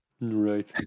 Right